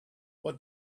what